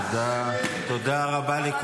תודה רבה.